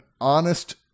honest